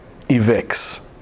evicts